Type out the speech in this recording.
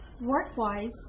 Work-wise